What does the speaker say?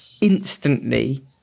instantly